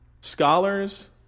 scholars